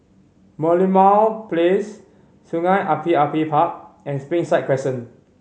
Merlimau Place Sungei Api Api Park and Springside Crescent